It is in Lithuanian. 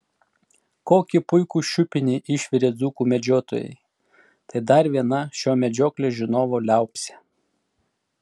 kokį puikų šiupinį išvirė dzūkų medžiotojai tai dar viena šio medžioklės žinovo liaupsė